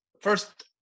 First